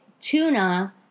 Tuna